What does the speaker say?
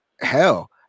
hell